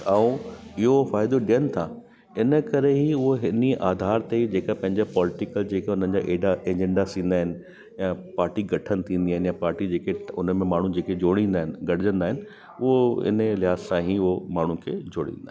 ऐं इहो फ़ाइदो ॾियण था इन करे ई हूअ इन्हीअ आधार ते जेका पंहिंजा पॉलिटिकल जेका मुंहिंजा एॾा एजंडा थींदा आहिनि ऐं पाटी गठनि थींदी आहिनि ऐं पाटी जेकी उनमें माण्हू जेके जोड़ींदा आहिनि गॾजंदा आहिनि उहो हिन लिहाज़ सां ई इहो माण्हू खे जोड़ींदा आहिनि